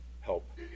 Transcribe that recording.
help